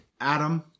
Adam